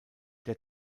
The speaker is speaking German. der